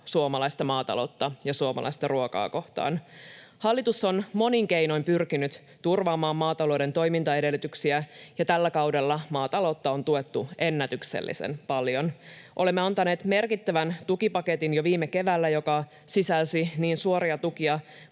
suomalaista maataloutta ja suomalaista ruokaa kohtaan. Hallitus on monin keinoin pyrkinyt turvaamaan maatalouden toimintaedellytyksiä, ja tällä kaudella maataloutta on tuettu ennätyksellisen paljon. Olemme antaneet jo viime keväänä merkittävän tukipaketin, joka sisälsi niin suoria tukia